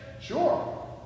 sure